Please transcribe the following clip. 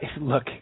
Look